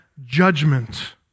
judgment